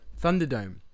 Thunderdome